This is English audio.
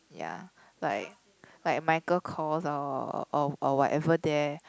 ya like like Micheal-Kors or whatever there